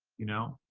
you know,